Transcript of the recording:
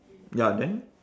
ya then